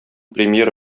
премьер